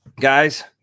guys